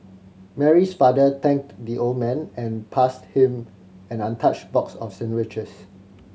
Mary's father thanked the old man and passed him an untouched box of sandwiches